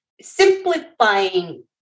simplifying